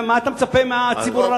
מה אתה מצפה מהציבור,